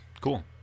cool